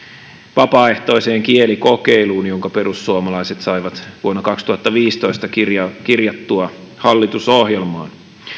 vapaaehtoiseen kielikokeiluun jonka perussuomalaiset saivat vuonna kaksituhattaviisitoista kirjattua hallitusohjelmaan